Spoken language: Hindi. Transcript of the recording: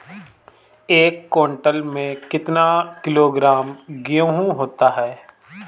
एक क्विंटल में कितना किलोग्राम गेहूँ होता है?